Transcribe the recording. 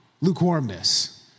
lukewarmness